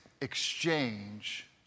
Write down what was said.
exchange